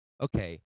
Okay